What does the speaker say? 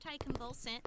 anticonvulsant